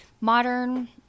modern